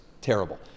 terrible